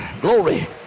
Glory